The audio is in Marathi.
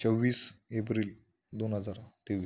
चव्वीस एप्रिल दोन हजार तेवीस